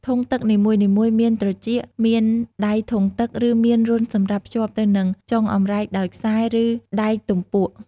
ធុងទឹកនីមួយៗមានត្រចៀក មានដៃធុងទឹក ឬមានរន្ធសម្រាប់ភ្ជាប់ទៅនឹងចុងអម្រែកដោយខ្សែ ឬដែកទំពក់។